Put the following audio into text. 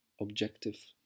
objective